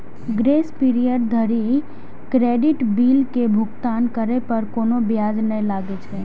grace period धरि credit bill के भुगतान करै पर कोनो ब्याज नै लागै छै